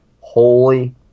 Holy